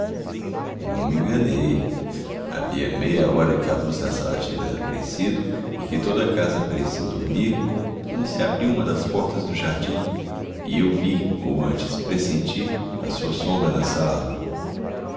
não me enganei havia meia hora que a luz da sala tinha desaparecido e que toda a casa parecia dormir quando se abriu uma das portas do jardim e eu vi ou antes pressenti a sua sombra na sala